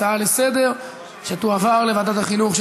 הצעה לסדר-היום שתועבר לוועדת החינוך של